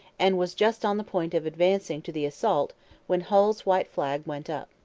and was just on the point of advancing to the assault when hull's white flag went up.